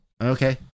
Okay